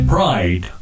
Pride